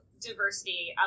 diversity